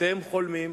אתם חולמים,